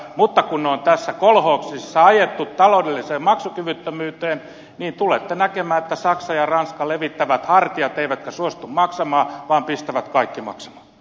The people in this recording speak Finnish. mutta kun ne on tässä kolhoosissa ajettu taloudelliseen maksukyvyttömyyteen niin tulette näkemään että saksa ja ranska levittävät hartiat eivätkä suostu maksamaan vaan pistävät kaikki maksamaan